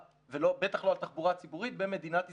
ובטח לא על תחבורה ציבורית במדינת ישראל,